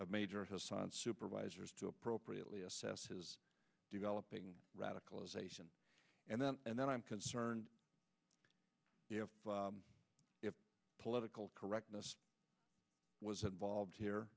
of major hasan supervisors to appropriately assess his developing radicalization and then and then i'm concerned if political correctness was involved here